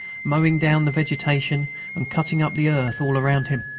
mowing down the vegetation and cutting up the earth all around him.